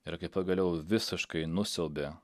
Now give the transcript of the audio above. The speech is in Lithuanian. ir pagaliau visiškai nusiaubė